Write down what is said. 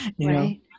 Right